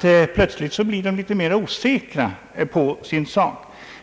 blir plötsligt mera osäkert på sin sak.